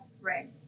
Right